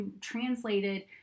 translated